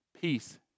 Peace